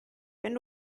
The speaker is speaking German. wenn